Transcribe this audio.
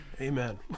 Amen